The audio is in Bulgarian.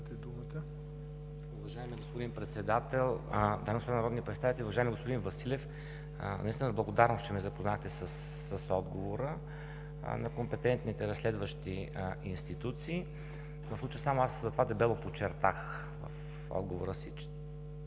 Уважаеми господин Председател, дами и господа народни представители, уважаеми господин Василев! Наистина с благодарност, че ме запознахте с отговора на компетентните разследващи институции. Затова дебело подчертах в отговора си